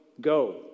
go